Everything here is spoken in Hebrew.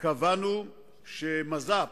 קבענו שמז"פ,